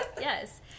yes